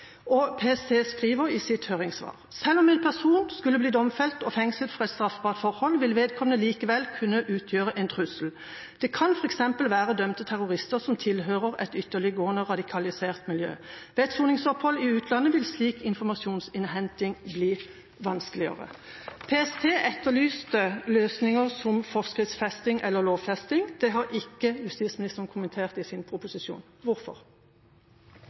PST skriver i sitt høringssvar: «Selv om en person skulle bli domfelt og fengslet for et straffbart forhold vil vedkommende likevel kunne utgjøre en trussel. Det kan for eksempel være dømte terrorister som tilhører et ytterliggående radikalisert miljø. Ved et soningsopphold i utlandet vil slik informasjonsinnhenting bli vanskeligere.» PST etterlyste løsninger som forskriftsfesting eller lovfesting. Det har ikke justisministeren kommentert i sin proposisjon. Hvorfor?